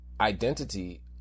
identity